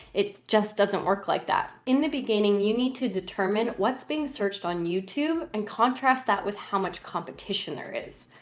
it just doesn't work like that in the beginning. you need to determine what's being searched on youtube and contrast that with how much competition there is.